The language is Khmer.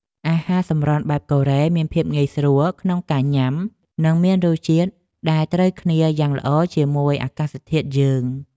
អាហារសម្រន់បែបកូរ៉េមានភាពងាយស្រួលក្នុងការញ៉ាំនិងមានរសជាតិដែលត្រូវគ្នាយ៉ាងល្អជាមួយអាកាសធាតុយើង។